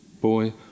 boy